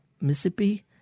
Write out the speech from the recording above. Mississippi